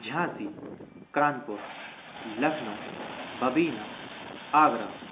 Jhansi Kanpur Lucknow Babina Agra